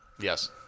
yes